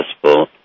successful